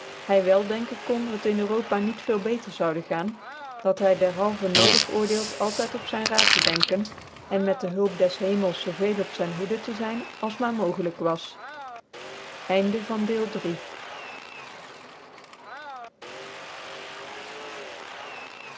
hy wel denken kondc het in europa niet beter zoude gaan dat hy dcrhalvcn nodig oordeelt altyd op zyn raad te denken en met de hulp des hemels zoo veel op zyn hoede te zyn als maar mogelyk was